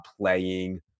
playing